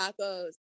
Tacos